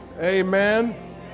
amen